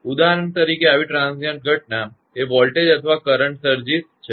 તેથી ઉદાહરણ તરીકે આવી ટ્રાંઝિઇન્ટ ઘટના એ વોલ્ટેજ અથવા કરંટ સર્જિસ છે